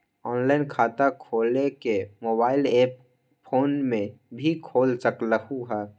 Online खाता खोले के मोबाइल ऐप फोन में भी खोल सकलहु ह?